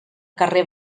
carrer